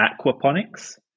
aquaponics